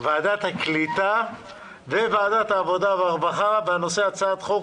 לוועדת הקליטה ולוועדת העבודה והרווחה בנושא: הצעת חוק